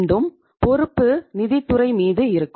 மீண்டும் பொறுப்பு நிதித்துறை மீது இருக்கும்